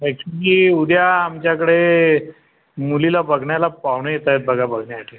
actually उद्या आमच्याकडे मुलीला बघण्याला पाहुणे येत आहेत बघा बघण्यासाठी